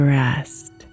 rest